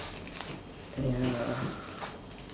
yeah